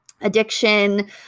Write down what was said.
Addiction